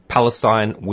Palestine